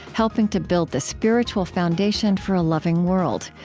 helping to build the spiritual foundation for a loving world.